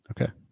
Okay